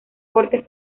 cortes